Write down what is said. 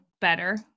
better